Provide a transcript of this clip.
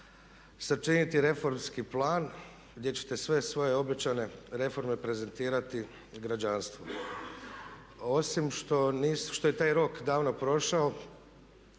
sačiniti reformski plan gdje ćete sve svoje obećane reforme prezentirati građanstvu. Osim što je taj rok davno prošao,